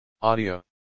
Audio